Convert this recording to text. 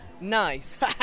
Nice